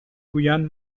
گویند